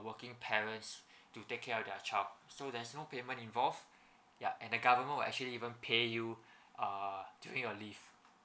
working parents to take care of their child so there's no payment involve ya and the government will actually even pay you err during your leave